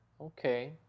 Okay